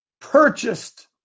purchased